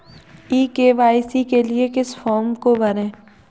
ई KYC के लिए किस फ्रॉम को भरें?